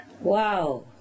Wow